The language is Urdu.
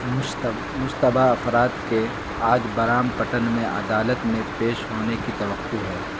مشتبہ افراد کے آج برامپٹن میں عدالت میں پیش ہونے کی توقع ہے